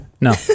No